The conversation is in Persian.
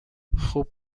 خوب